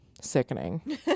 sickening